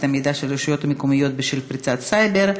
המידע של הרשויות המקומיות בשל פריצת סייבר,